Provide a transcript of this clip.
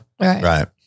right